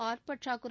ஆள்பற்றாக்குறை